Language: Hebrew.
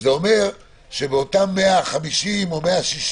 זה אומר שבאותם 150, או 160,